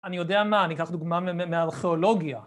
אני יודע מה, אני אקח דוגמא מהארכיאולוגיה